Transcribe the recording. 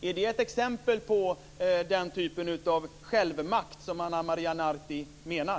Är det ett exempel på den typen av självmakt som Ana Maria Narti menar?